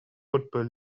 football